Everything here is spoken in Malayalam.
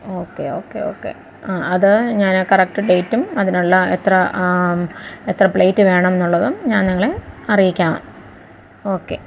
ഓക്കേ ഓക്കേ ഓക്കേ ആ അത് ഞാൻ കറക്റ്റ് ഡേറ്റും അതിനുള്ള എത്ര എത്ര പ്ലേറ്റ് വേണം എന്നുള്ളതും ഞാൻ നിങ്ങളെ അറിയിക്കാം ഓക്കേ